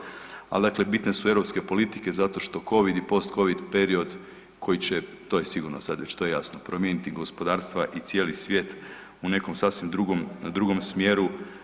Ali dakle bitne su europske politike zato što covid i post covid period koji će to je sigurno sad već jasno promijeniti gospodarstva i cijeli svijet u nekom sasvim drugom smjeru.